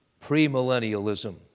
premillennialism